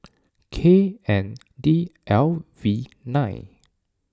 K N D L V nine